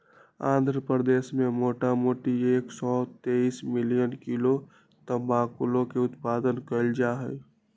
आंध्र प्रदेश मोटामोटी एक सौ तेतीस मिलियन किलो तमाकुलके उत्पादन कएल जाइ छइ